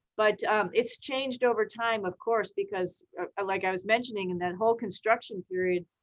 but it's changed over time of course, because ah like i was mentioning in that whole construction period,